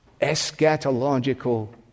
eschatological